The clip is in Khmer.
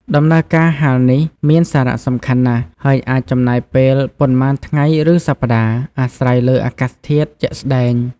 ដំណើរការហាលនេះមានសារៈសំខាន់ណាស់ ហើយអាចចំណាយពេលប៉ុន្មានថ្ងៃឬសប្តាហ៍ អាស្រ័យលើអាកាសធាតុជាក់ស្តែង។